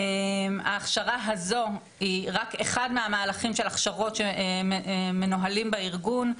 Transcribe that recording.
ההכשרה הזו היא רק אחד מהמהלכים של הכשרות שמנוהלים בארגון.